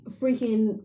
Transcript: freaking